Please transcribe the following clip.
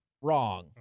Wrong